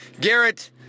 Garrett